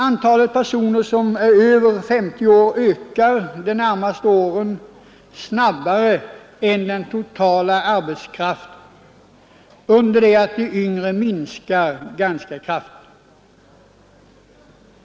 Antalet personer som är över 50 år ökar de närmaste åren snabbare än den totala arbetskraften, under det att antalet yngre minskar ganska kraftigt.